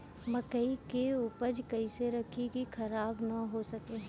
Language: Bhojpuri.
मकई के उपज कइसे रखी की खराब न हो सके?